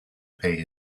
pay